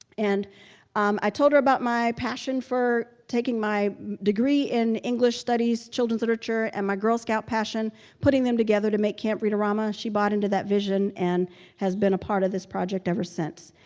and i told her about my passion for taking my degree in english studies children's literature and my girl scout passion putting them together to make camp read-a-rama. she bought into that vision and has been a part of this project ever since.